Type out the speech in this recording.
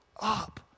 up